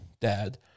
dad